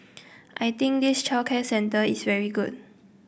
I think this childcare centre is very good